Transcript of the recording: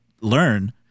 learn